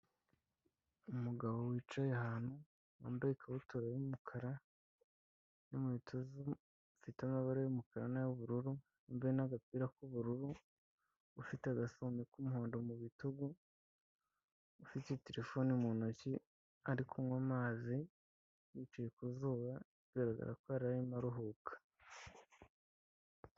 Umugabo wicaye ahantu, wambaye ikabutura y'umukara n'inkweto zifite amabara yumukara nay'ururu hamwe n'agapira k'ubururu ufite agasane k'umuhondo mu bitugu, ufite terefone mu ntoki ari kunywa amazi yicaye ku zuba bigaragara ko yararimo aruhuka.